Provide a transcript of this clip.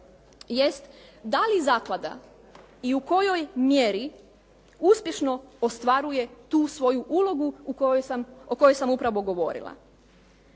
jest da li zaklada i u kojoj mjeri uspješno ostvaruje tu svoju ulogu o kojoj sam upravo govorila.